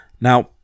Now